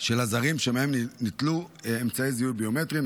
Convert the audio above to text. של הזרים שמהם ניטלו אמצעי זיהוי ביומטריים,